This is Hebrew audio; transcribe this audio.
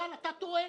אבל אתה טועה.